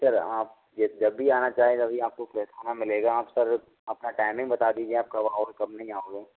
sir आप जब भी आना चाहोगे वहीं आपको फ्रेस खाना मिलेगा आप सर अपना टाइमिंग बता दीजिए सर आप कब आओगे कब नहीं आओगे